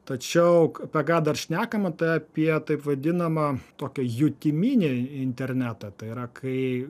tačiau k apie ką dar šnekama tai apie taip vadinamą tokia jutiminiai internetą tai yra kai